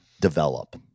develop